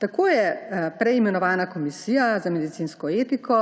Tako je prej imenovana Komisija za medicinsko etiko